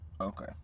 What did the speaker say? Okay